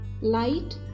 light